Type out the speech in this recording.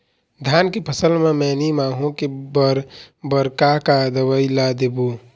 धान के फसल म मैनी माहो के बर बर का का दवई ला देबो?